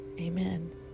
amen